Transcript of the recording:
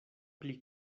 pli